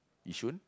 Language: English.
yishun